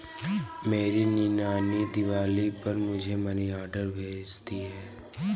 मेरी नानी दिवाली पर मुझे मनी ऑर्डर भेजती है